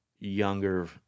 younger